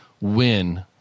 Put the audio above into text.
win